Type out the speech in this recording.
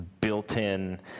built-in